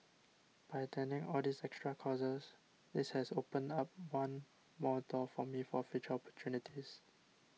by attending all these extra courses this has opened up one more door for me for future opportunities